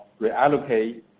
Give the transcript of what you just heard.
reallocate